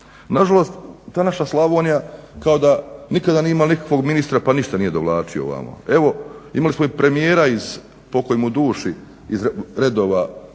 nažalost ta naša Slavonija kao da nikada nije imala nikakvog ministra pa ništa nije dovlačio ovamo. Evo imali smo i premijera iz pokoj mu duši, iz redova partije